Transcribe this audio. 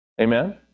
Amen